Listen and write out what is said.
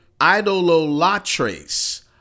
idololatres